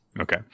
okay